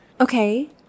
Okay